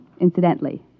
incidentally